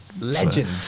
legend